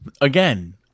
again